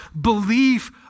Belief